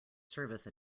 service